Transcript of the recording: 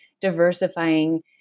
diversifying